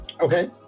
okay